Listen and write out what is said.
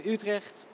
Utrecht